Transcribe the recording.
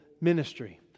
ministry